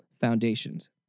foundations